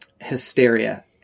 hysteria